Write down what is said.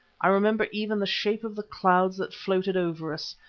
i remember even the shape of the clouds that floated over us,